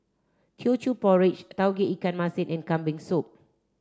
Teochew Porridge Tauge Ikan Masin and Kambing Soup